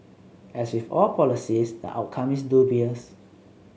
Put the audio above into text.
as with all policies the outcome is dubious